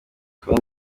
tonzi